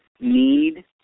need